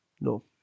No